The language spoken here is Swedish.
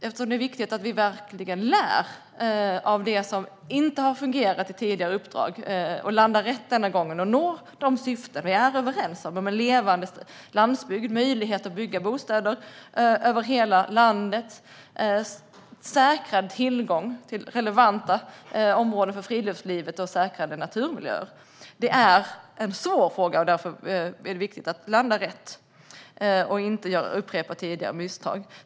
Det är ju viktigt att vi verkligen lär av det som inte har fungerat i tidigare uppdrag och landar rätt denna gång så att vi når de syften vi är överens om: en levande landsbygd, möjlighet att bygga bostäder över hela landet, säkrad tillgång till relevanta områden för friluftsliv och säkrade naturmiljöer. Det är en svår fråga, och därför är det viktigt att landa rätt och inte upprepa tidigare misstag.